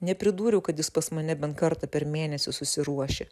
nepridūriau kad jis pas mane bent kartą per mėnesį susiruošia